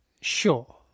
sure